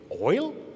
Oil